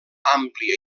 àmplia